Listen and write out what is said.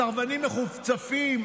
"לסרבנים המחוצפים,